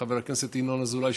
חבר הכנסת ינון אזולאי,